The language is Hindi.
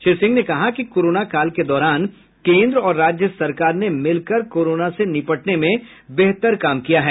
श्री सिंह ने कहा कि कोरोना काल के दौरान केन्द्र और राज्य सरकार ने मिलकर कोरोना से निपटने में बेहतर काम किया है